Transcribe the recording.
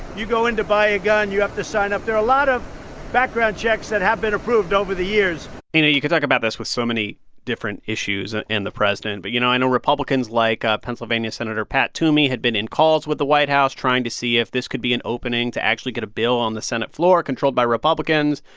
you go in to buy a gun, you have to sign up. there are a lot of background checks that have been approved over the years you know, you could talk about this with so many different issues ah and the president. but, you know, i know republicans like ah pennsylvania senator pat toomey had been in calls with the white house, trying to see if this could be an opening to actually get a bill on the senate floor, controlled by republicans.